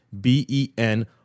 B-E-N